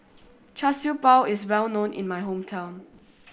Char Siew Bao is well known in my hometown